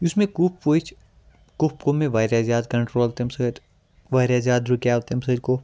یُس مےٚ کُف وٕچھ کُپھ گوٚو مےٚ واریاہ زیادٕ کَنٹرول تمہِ سۭتۍ واریاہ زیادٕ رُکیو تمہِ سۭتۍ کُپھ